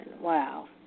wow